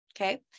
Okay